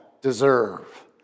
deserve